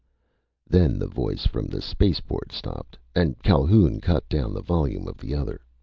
then the voice from the spaceport stopped, and calhoun cut down the volume of the other.